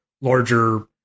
larger